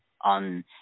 on